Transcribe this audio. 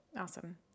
Awesome